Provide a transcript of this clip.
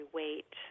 wait